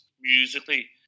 musically